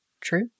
true